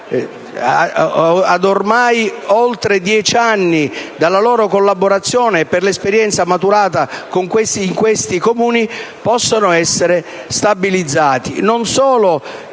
ad ormai oltre dieci anni dall'inizio della loro collaborazione, per l'esperienza maturata in questi Comuni, possano essere stabilizzate,